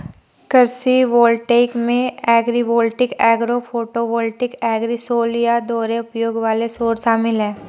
कृषि वोल्टेइक में agrivoltaic agro photovoltaic agrisol या दोहरे उपयोग वाले सौर शामिल है